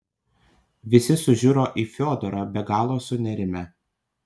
visi sužiuro į fiodorą be galo sunerimę